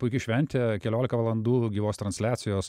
puiki šventė keliolika valandų gyvos transliacijos